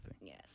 Yes